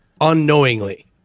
unknowingly